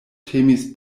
temis